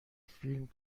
فیلم